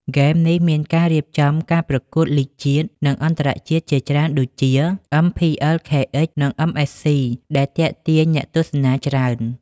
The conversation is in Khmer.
ហ្គេមនេះមានការរៀបចំការប្រកួតលីគជាតិ និងអន្តរជាតិជាច្រើនដូចជា អឹមភីអិលខេអេច និងអឹមអេសសុីដែលទាក់ទាញអ្នកទស្សនាច្រើន។